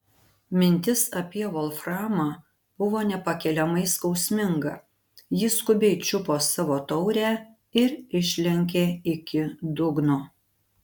mintis apie volframą buvo nepakeliamai skausminga ji skubiai čiupo savo taurę ir išlenkė iki dugno